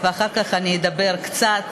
ואחר כך אני אדבר קצת